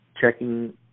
checking